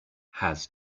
has